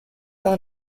par